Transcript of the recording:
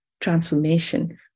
transformation